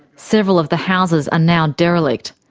several of the houses are now derelict.